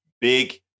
big